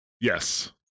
Yes